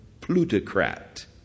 plutocrat